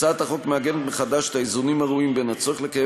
הצעת החוק מעגנת מחדש את האיזונים הראויים בין הצורך לקיים